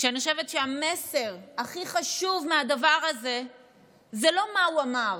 ואני חושבת שהמסר הכי חשוב מהדבר הזה זה לא מה הוא אמר,